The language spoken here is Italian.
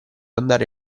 andare